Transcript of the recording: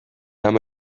ama